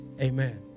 Amen